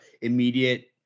immediate